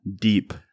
deep